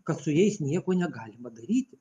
kad su jais nieko negalima daryti